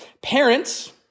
parents